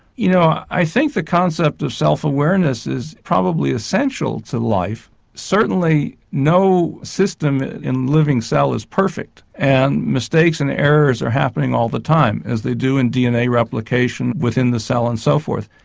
you know i think the concept of self awareness is probably essential to life, certainly no system in a living cell is perfect and mistakes and errors are happening all the time as they do in dna replication within the cell and so forth.